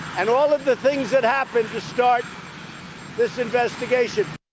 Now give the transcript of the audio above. and all of the things that happened to start this investigation?